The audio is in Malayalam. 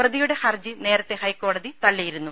പ്രതിയുടെ ഹർജി നേരത്തെ ഹൈക്കോടതി തള്ളിയിരുന്നു